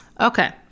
okay